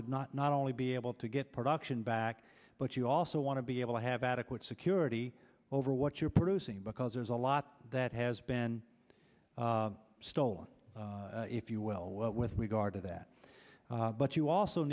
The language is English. to not not only be able to get production back but you also want to be able to have adequate security over what you're producing because there's a lot that has been stolen if you will with regard to that but you also